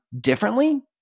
differently